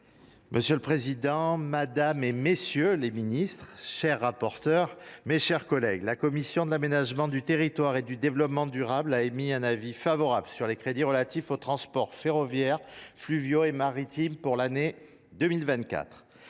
Monsieur le président, madame, messieurs les ministres, mes chers collègues, la commission de l’aménagement du territoire et du développement durable a émis un avis favorable sur les crédits relatifs au transport ferroviaire, fluvial et maritime pour l’année 2024.